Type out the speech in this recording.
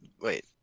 Wait